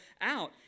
out